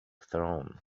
throne